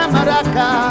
Maraca